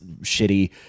shitty